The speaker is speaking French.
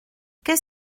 qu’est